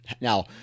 Now